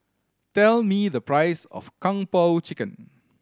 tell me the price of Kung Po Chicken